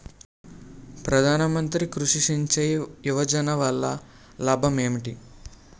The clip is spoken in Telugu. ప్రధాన మంత్రి కృషి సించాయి యోజన వల్ల లాభం ఏంటి?